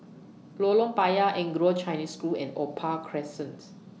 Lorong Payah Anglo Chinese School and Opal Crescents